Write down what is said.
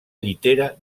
llitera